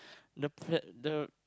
the pl~ the